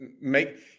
make